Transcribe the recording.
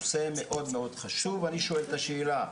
נושא מאוד חשוב ואני שואל את השאלה,